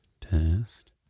Test